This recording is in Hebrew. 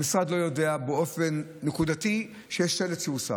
המשרד לא יודע באופן נקודתי שיש שלט שהוסר.